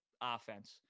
offense